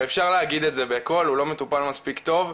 ואפשר להגיד את זה בקול, הוא לא מטופל מספיק טוב,